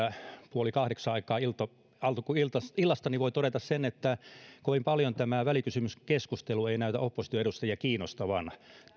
puoli kahdeksan aikaan alkuillasta niin voi todeta sen että kovin paljoa tämä välikysymyskeskustelu ei näytä opposition edustajia kiinnostavan